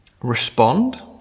respond